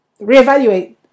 Reevaluate